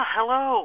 Hello